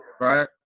right